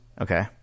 okay